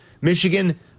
Michigan